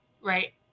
right